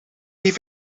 heeft